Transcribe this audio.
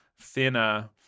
thinner